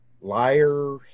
liar